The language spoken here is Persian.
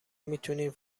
میتونین